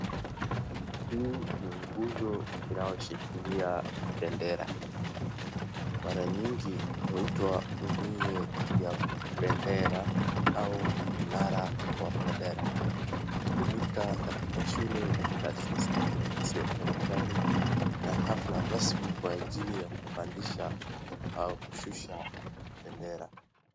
Hii ni nguzo inayoshikilia bendera, mara nyingi huitwa nguzo ya bendera, au mnara wa bendera. Hutumika katika shule, taasisi, ofisi ya kiserekali, na hafla rasmi kwa ajili ya kupandisha au kushusha bendera.